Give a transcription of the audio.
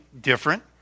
different